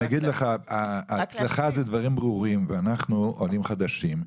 אצלך זה דברים ברורים ואנחנו עולים חדשים,